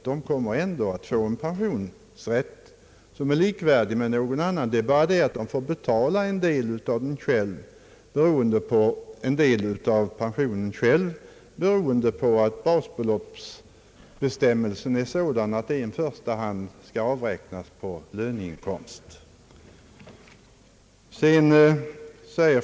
Skillnaden är bara att de själva får betala en del av pensionsavgiften, beroende på att bestämmelserna är sådana att basbeloppet i första hand skall avräknas på löneinkomsten.